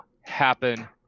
happen